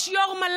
יש יו"ר מל"ג,